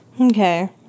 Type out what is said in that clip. Okay